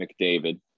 McDavid